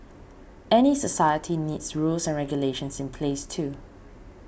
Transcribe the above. any society needs rules and regulations in place too